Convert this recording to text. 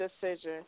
decision